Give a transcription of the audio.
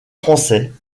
français